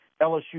LSU